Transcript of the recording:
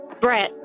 Brett